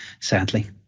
sadly